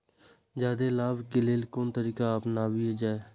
जादे लाभ के लेल कोन तरीका अपनायल जाय?